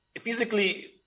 physically